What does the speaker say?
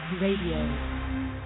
Radio